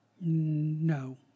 No